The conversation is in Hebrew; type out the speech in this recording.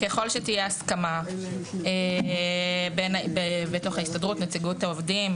ככל שתהיה הסכמה בתוך ההסתדרות, נציגות העובדים